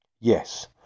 Yes